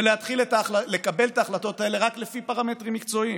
ולהתחיל לקבל החלטות כאלה רק לפי פרמטרים מקצועיים.